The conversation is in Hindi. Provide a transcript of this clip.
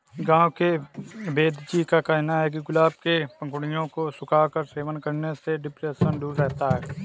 गांव के वेदजी का कहना है कि गुलाब के पंखुड़ियों को सुखाकर सेवन करने से डिप्रेशन दूर रहता है